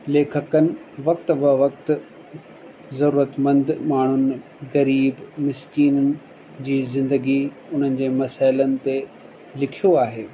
लेखकनि वक़्ति बि वक़्ति ज़रूरतमंद माण्हुनि ग़रीब मिस्कीन जी ज़िंदगी उन्हनि जे मसइलनि ते लिखियो आहे